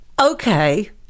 okay